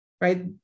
right